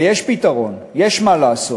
ויש פתרון, יש מה לעשות.